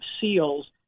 SEALs